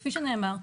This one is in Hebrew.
כפי שנאמר,